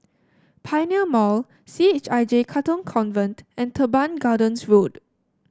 Pioneer Mall C H I J Katong Convent and Teban Gardens Road